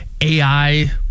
ai